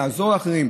לעזור לאחרים,